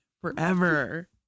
Forever